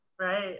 Right